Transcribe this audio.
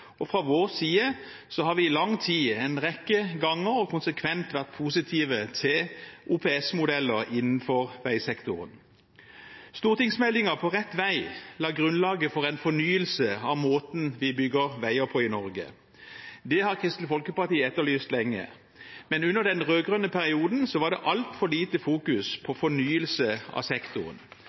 og fra vår side har vi i lang tid – en rekke ganger og konsekvent – vært positive til OPS-modeller innenfor veisektoren. Stortingsmeldingen På rett vei la grunnlaget for en fornyelse av måten vi bygger veier på i Norge. Det har Kristelig Folkeparti etterlyst lenge, men under den rød-grønne perioden var det altfor lite fokus på fornyelse av sektoren.